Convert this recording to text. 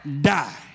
die